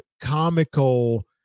comical